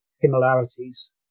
similarities